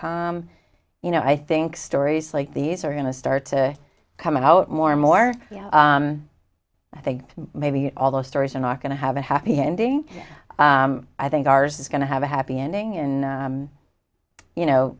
com you know i think stories like these are going to start to come out more and more i think maybe all those stories are not going to have a happy ending i think ours is going to have a happy ending and you know